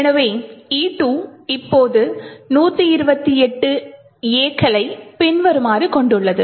எனவே E2 இப்போது 128 A களை பின்வருமாறு கொண்டுள்ளது